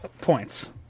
points